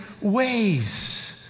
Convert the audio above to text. ways